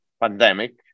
pandemic